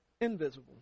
invisible